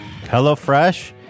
HelloFresh